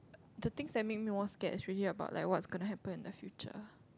to things that made me more scared is really about like what's gonna happen in the future